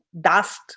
dust